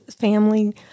family